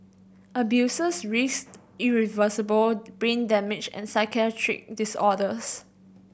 abusers risked irreversible brain damage and psychiatric disorders